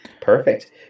Perfect